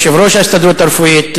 יושב-ראש ההסתדרות הרפואית,